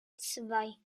zwei